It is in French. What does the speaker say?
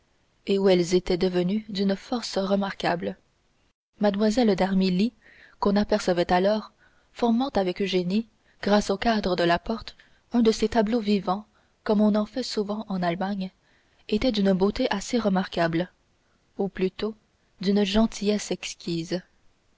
et où elles étaient devenues d'une force remarquable mlle d'armilly qu'on apercevait alors formant avec eugénie grâce au cadre de la porte un de ces tableaux vivants comme on en fait souvent en allemagne était d'une beauté assez remarquable ou plutôt d'une gentillesse exquise